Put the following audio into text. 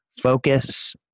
focus